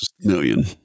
million